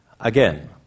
again